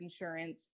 insurance